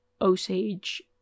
Osage